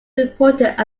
reported